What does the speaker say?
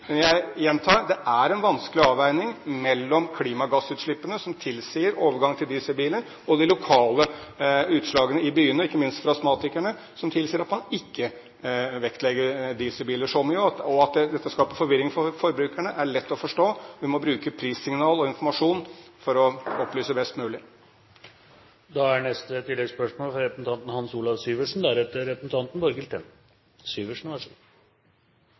Men jeg gjentar: Det er en vanskelig avveining mellom klimagassutslippene, som tilsier overgang til dieselbiler, og de lokale utslagene i byene, ikke minst for astmatikerne, som tilsier at man ikke vektlegger dieselbiler så mye. At dette skaper forvirring for forbrukerne, er lett å forstå. Vi må bruke prissignal og informasjon for å opplyse best mulig.